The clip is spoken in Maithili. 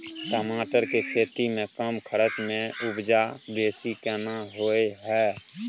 टमाटर के खेती में कम खर्च में उपजा बेसी केना होय है?